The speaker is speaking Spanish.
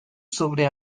sobre